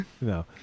no